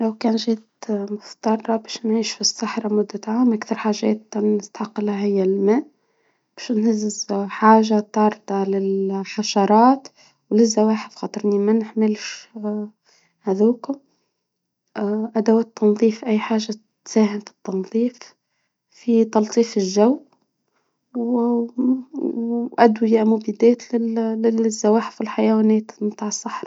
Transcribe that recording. باش ادوات تنظيف أي حاجة تجهز التنظيف تلطيف الجو، وادوية مبيدات للزواحف والحيوانات متاع الصحرا.